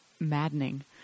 maddening